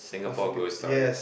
Russell Peters yes